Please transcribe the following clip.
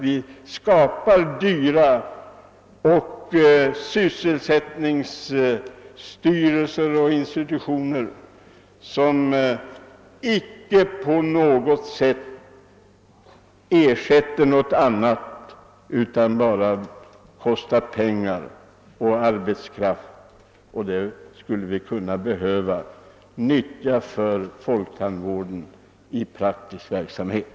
Vi skapar dyra sysselsättningsstyrelser och institutioner, som icke i något avseende ersätter något annat utan som bara kostar pengar och arbetskraft, och dem skulle vi behöva nyttja för folktandvården i praktisk verksamhet.